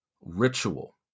ritual